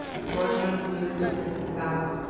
sorghum is used just like in the south,